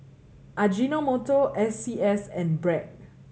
Ajinomoto S C S and Bragg